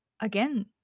Again